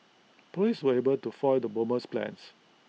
Police were able to foil the bomber's plans